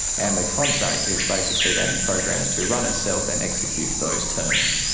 and the contract is basically then programed to run itself and execute those terms.